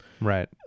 right